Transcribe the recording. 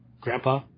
Grandpa